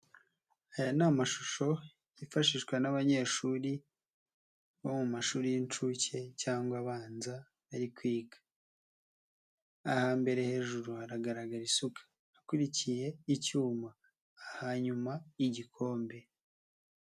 Aya ni amashusho yifashishwa n'abanyeshuri bo mu mashuri y'inshuke cyangwa abanza bari kwiga, ahambere hejuru haragaragara isuka ahakurikiye icyuma, ahanyuma igikombe.